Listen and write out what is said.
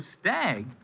stag